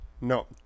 No